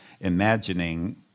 imagining